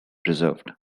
preserved